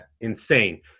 Insane